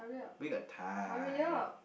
we got time